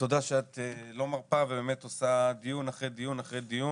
תודה שאת לא מרפה ועושה דיון אחרי דיון.